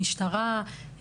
משטרה,